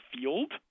field